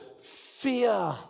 fear